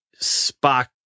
Spock